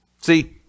See